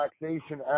relaxation